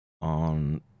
on